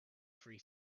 free